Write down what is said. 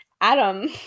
Adam